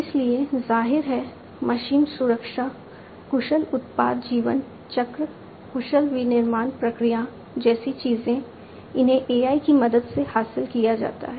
इसलिए जाहिर है मशीन सुरक्षा कुशल उत्पाद जीवनचक्र कुशल विनिर्माण प्रक्रिया जैसी चीजें इन्हें AI की मदद से हासिल किया जा सकता है